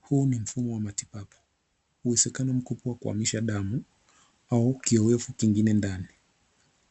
Huu ni mfumo wa matibabu, huwezekano mkubwa kuamisha damu au kioyevu kingine ndani